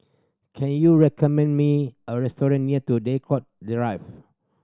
can you recommend me a restaurant near to Draycott Drive